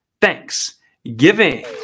Thanksgiving